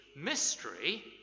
mystery